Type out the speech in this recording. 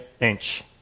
inch